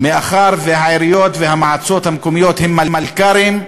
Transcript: מאחר שהעיריות והמועצות המקומיות הן מלכ"רים,